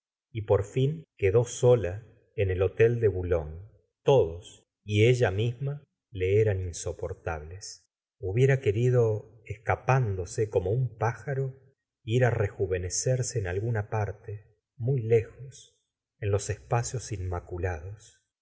y por fin quedó sola en el h otel de boulogne todos y ella misma le eran inso portables hub era querido escapándose como un pájaro i r á rejuvenecerse en alguna parte muy lejos en los espacios inmaculados